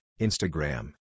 Instagram